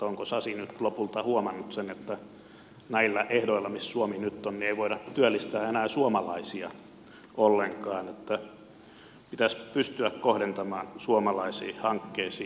onko sasi nyt lopulta huomannut sen että näillä ehdoilla missä suomi nyt on ei voida työllistää enää suomalaisia ollenkaan että pitäisi pystyä kohdentamaan suomalaisiin hankkeisiin